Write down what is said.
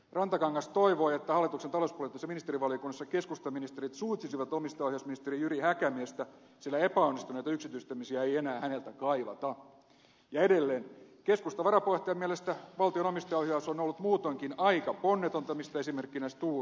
rantakangas toivoi että hallituksen talouspoliittisessa ministerivaliokunnassa keskustaministerit suitsisivat omistajaohjausministeri jyri häkämiestä sillä epäonnistuneita yksityistämisiä ei enää häneltä kaivata ja edelleen keskustan varapuheenjohtajan mielestä valtion omistajaohjaus on ollut muutoinkin aika ponnetonta mistä esimerkkinä stora enso